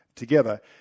together